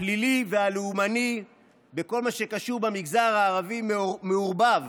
הפלילי והלאומני וכל מה שקשור במגזר הערבי מעורבב,